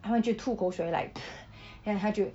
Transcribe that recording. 他们就吐口水 like then 他就